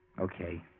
Okay